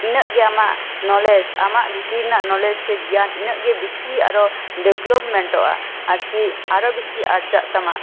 ᱤᱱᱟᱹᱜ ᱜᱮ ᱟᱢᱟᱜ ᱱᱚᱞᱮᱡ ᱟᱢᱟᱜ ᱵᱷᱤᱛᱤᱨ ᱨᱮᱱᱟᱜ ᱱᱚᱞᱮᱡ ᱥᱮ ᱜᱮᱭᱟᱱ ᱤᱱᱟᱜ ᱜᱮ ᱵᱤᱥᱤ ᱟᱨᱚ ᱰᱮᱵ ᱞᱚᱵᱢᱮᱱᱴᱚ ᱟ ᱟᱨᱠᱤ ᱟᱨᱚ ᱵᱤᱥᱤ ᱟᱨᱡᱟᱜ ᱛᱟᱢᱟ